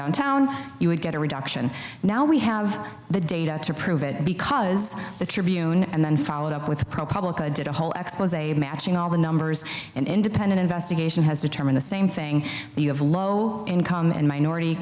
downtown you would get a reduction now we have the data to prove it because the tribune and then followed up with pro publica did a whole expos of matching all the numbers and independent investigation has determine the same thing you have low income and minority